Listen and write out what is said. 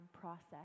process